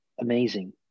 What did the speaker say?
amazing